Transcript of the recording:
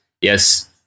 Yes